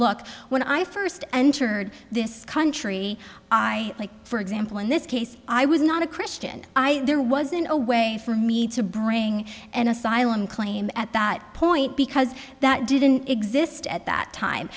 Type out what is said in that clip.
look when i first entered this country i like for example in this case i was not a christian i there wasn't a way for me to bring an asylum claim at that point because that didn't exist at that time